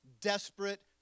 desperate